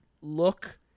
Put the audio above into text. look –